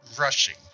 rushing